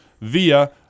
via